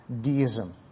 Deism